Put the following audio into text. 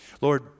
Lord